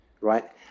right